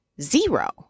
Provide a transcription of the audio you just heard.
Zero